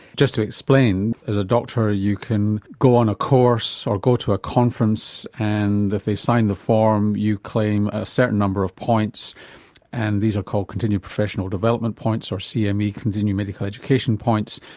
just to explain, as a doctor you can go on a course or go to a conference and if they sign the form you claim a certain number of points and these are called continual professional development points or cme continual medical education points,